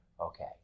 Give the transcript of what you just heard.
okay